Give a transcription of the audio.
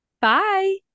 bye